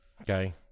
Okay